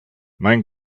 mein